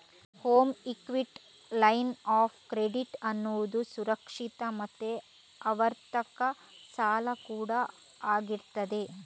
home equity line of credit ಅನ್ನುದು ಸುರಕ್ಷಿತ ಮತ್ತೆ ಆವರ್ತಕ ಸಾಲ ಕೂಡಾ ಆಗಿರ್ತದೆ